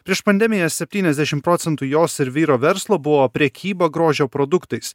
prieš pandemiją septyniasdešim procentų jos ir vyro verslo buvo prekyba grožio produktais